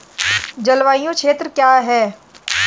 जलवायु क्षेत्र क्या है?